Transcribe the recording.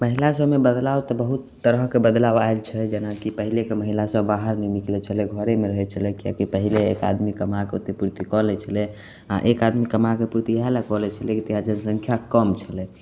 महिला सब मे बदलाब तऽ बहुत तरहके बदलाब आएल छै जेनाकि पहिलेके महिला सब बाहर नहि निकलैत छलै घरेमे रहैत छलै किआकि पहिले एक आदमी कमाके ओतेक पूर्ति कऽ लै छलै आ एक आदमी कमाके पूर्ति इएह लऽ कऽ लै छलै तहिआ जनसंख्या कम छलै